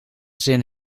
zin